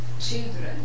children